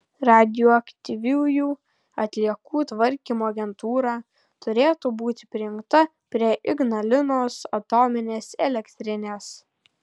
radioaktyviųjų atliekų tvarkymo agentūra turėtų būti prijungta prie ignalinos atominės elektrinės